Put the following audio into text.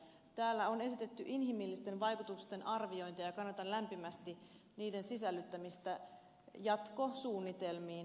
täällä on esitetty inhimillisten vaikutusten arviointia ja kannatan lämpimästi niiden sisällyttämistä jatkosuunnitelmiin